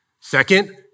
Second